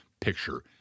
picture